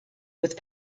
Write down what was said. with